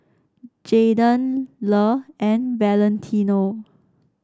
Jaydan Le and Valentino